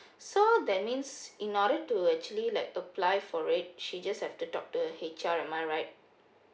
so that means in order to actually like apply for it she just have to talk to the H_R am I right